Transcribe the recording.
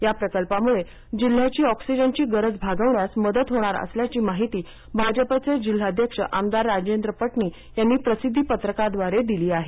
या प्रकल्पामुळे जिल्ह्याची अॅक्सिजनची गरज भागवण्यास मदत होणार असल्याची माहिती भाजपचे जिल्हाध्यक्ष आमदार राजेंद्र पाटणी यांनी प्रसिद्धी पत्रकाद्वारे दिली आहे